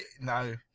No